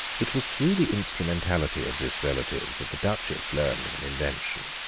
it was through the instrumentality of this relative that the duchess learned of an invention,